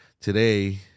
today